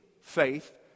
faith